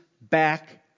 back